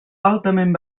altament